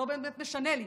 זה לא באמת משנה לי,